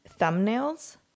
thumbnails